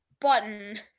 button